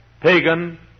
pagan